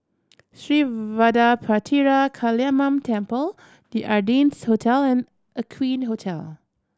Sri Vadapathira Kaliamman Temple The Ardennes Hotel and Aqueen Hotel